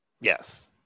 Yes